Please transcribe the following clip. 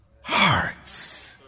hearts